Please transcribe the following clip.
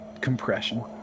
compression